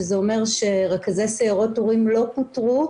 שזה אומר שרכזי סיירות הורים לא פוטרו,